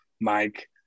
Mike